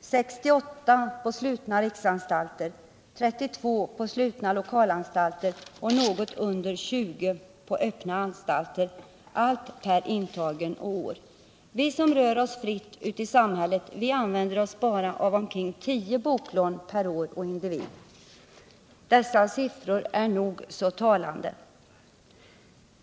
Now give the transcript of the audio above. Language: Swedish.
68 på slutna riksanstalter, 32 på slutna lokalanstalter och något under 20 på öppna anstalter — allt per intagen och år. Vi som rör oss fritt ute i samhället använder oss bara av omkring 10 boklån per år och individ. Dessa siffror är nog så talande.